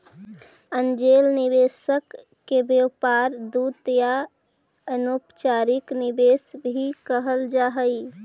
angel निवेशक के व्यापार दूत या अनौपचारिक निवेशक भी कहल जा हई